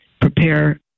prepare